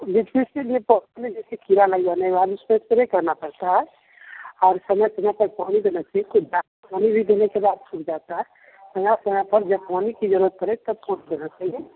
विशेष tip में जैसे कि कीड़ा लग जाने पर उसको स्प्रे करना पड़ता है और समय समय पर पौधों को डाक्टरी का जरूरत पड़ता है समय समय पर पौधों को जब पानी की जरूरत पड़े तभी देना चाहिए